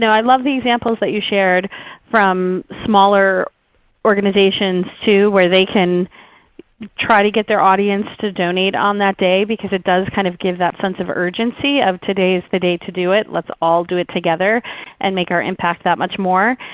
so i love the examples that you shared from smaller organizations too, where they can try to get their audience to donate on that day because it does kind of give that sense of urgency of today is the day to do it, let's do it together and make our impact that much more.